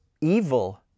evil